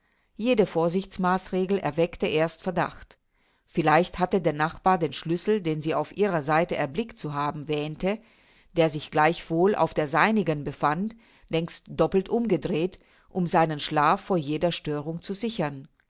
jede vorsichtsmaßregel erweckte erst verdacht vielleicht hatte der nachbar den schlüssel den sie auf ihrer seite erblickt zu haben wähnte der sich gleichwohl auf der seinigen befand längst doppelt umgedreht um seinen schlaf vor jeder störung zu sichern